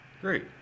Great